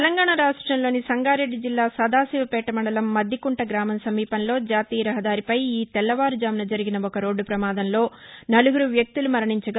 తెలంగాణా రాష్ట్రంలోని సంగారెడ్డి జిల్లా సదాశివపేట మండలం మద్దికుంట గ్రామం సమీపంలో జాతీయ రహదారిపై ఈ తెల్లవారుఝామున జరిగిన ఒక రోడ్లు ప్రమాదంలో నలుగురు మరణించగా